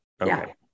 Okay